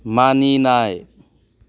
मानिनाय